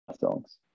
songs